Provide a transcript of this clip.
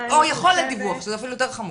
או יכולת דיווח, שזה אפילו יותר חמור.